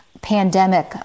pandemic